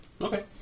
Okay